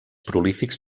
prolífics